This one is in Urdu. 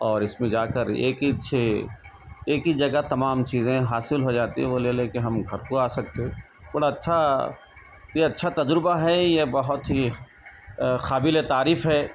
اور اس میں جا کر ایک ہیچ ایک ہی جگہ تمام چیزیں حاصل ہو جاتی ہیں وہ لے لے کے ہم گھر کو آ سکتے بڑا اچھا یہ اچھا تجربہ ہے یہ بہت ہی قابل تعریف ہے